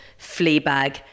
Fleabag